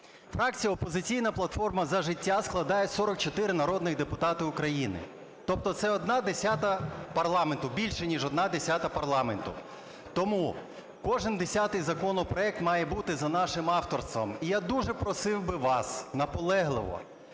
Фракція "Опозиційна платформа - За життя" складає 44 народних депутати України, тобто це одна десята парламенту, більше ніж одна десята парламенту. Тому кожен десятий законопроект має бути за нашим авторством. І я дуже просив би вас наполегливо,